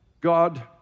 God